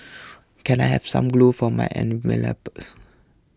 can I have some glue for my envelopes